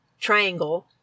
Triangle